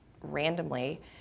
randomly